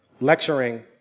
Lecturing